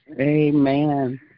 Amen